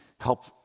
Help